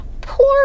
Poor